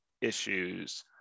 issues